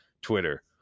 Twitter